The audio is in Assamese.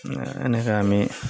এনেকে আমি